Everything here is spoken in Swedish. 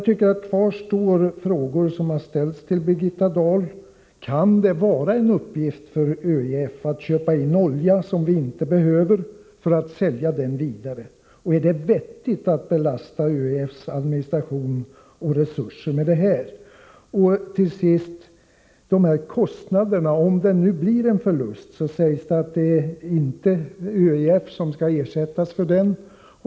De frågor som ställts till Birgitta Dahl kvarstår: Kan det vara en uppgift för ÖEF att köpa in olja som vi inte behöver för att sälja den vidare? Är det vettigt att belasta ÖEF:s administration och resurser med detta? Till sist beträffande kostnaderna: Om det blir en förlust sägs det att ÖEF inte skall ersättas för den.